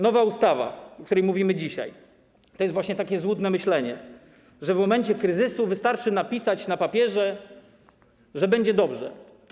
Nowa ustawa, o której mówimy dzisiaj - to jest właśnie złudne myślenie, że w momencie kryzysu wystarczy napisać na papierze, że będzie dobrze.